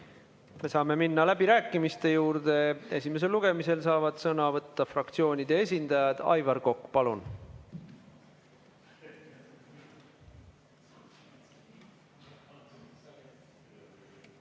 Me saame minna läbirääkimiste juurde. Esimesel lugemisel saavad sõna võtta fraktsioonide esindajad. Aivar Kokk, palun!